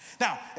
Now